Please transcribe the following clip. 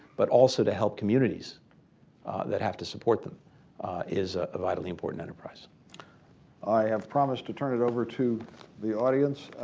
but also to help communities that have to support them is a vitally important enterprise. mcmanus i have promised to turn it over to the audience.